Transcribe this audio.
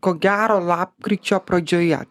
ko gero lapkričio pradžioje